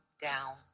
down